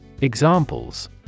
Examples